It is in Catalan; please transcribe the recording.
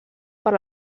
per